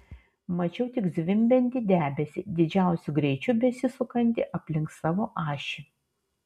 mačiau tik zvimbiantį debesį didžiausiu greičiu besisukantį aplink savo ašį